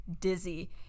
dizzy